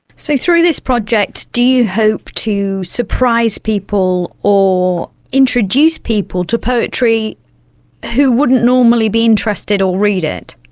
so through this project do you hope to surprise people or introduce people to poetry who wouldn't normally be interested or read it?